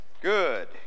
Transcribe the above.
Good